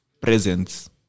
presence